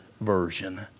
Version